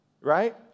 right